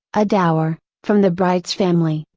a dower, from the bride's family,